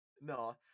no